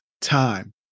time